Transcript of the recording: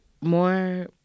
more